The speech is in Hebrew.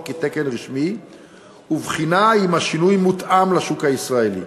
כתקן רשמי ובחינה האם השינוי מותאם לשוק הישראלי.